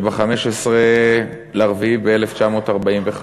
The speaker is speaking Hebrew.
שב-15 באפריל 1945